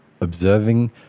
observing